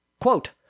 quote